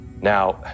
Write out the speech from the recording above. Now